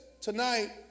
tonight